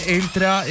entra